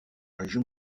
région